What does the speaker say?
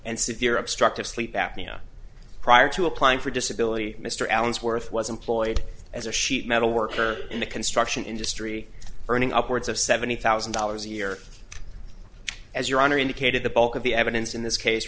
and severe obstructive sleep apnea prior to applying for disability mr allensworth was employed as a sheet metal worker in the construction industry earning upwards of seventy thousand dollars a year as your honor indicated the bulk of the evidence in this case